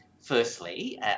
firstly